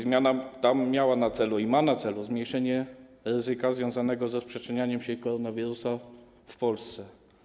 Zmiana ta miała na celu i ma na celu zmniejszenie ryzyka związanego z rozprzestrzenianiem się koronawirusa w Polsce.